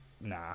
Nah